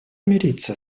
мириться